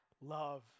love